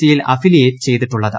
C യിൽ affiliate ചെയ്തിട്ടുള്ളത്